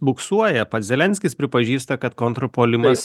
buksuoja pats zelenskis pripažįsta kad kontrpuolimas